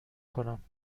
کنم